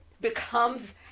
Becomes